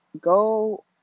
Go